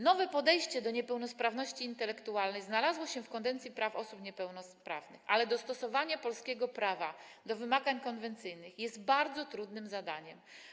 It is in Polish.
Nowe podejście do niepełnosprawności intelektualnej znalazło się w konwencji praw osób niepełnosprawnych, ale dostosowanie polskiego prawa do wymagań konwencyjnych jest bardzo trudnym zadaniem.